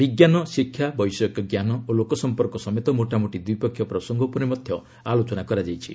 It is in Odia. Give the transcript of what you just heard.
ବିଜ୍ଞାନ ଶିକ୍ଷା ବୈଷୟିକ ଜ୍ଞାନ ଓ ଲୋକସମ୍ପର୍କ ସମେତ ମୋଟାମୋଟି ଦ୍ୱିପକ୍ଷୀୟ ପସଙ୍ଗ ଉପରେ ମଧ୍ୟ ଆଲୋଚନା ହୋଇଛି